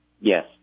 Yes